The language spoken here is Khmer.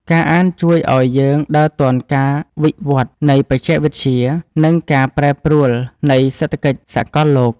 ការអានជួយឱ្យយើងដើរទាន់ការវិវឌ្ឍនៃបច្ចេកវិទ្យា និងការប្រែប្រួលនៃសេដ្ឋកិច្ចសកលលោក។